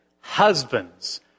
Husbands